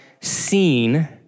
seen